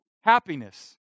happiness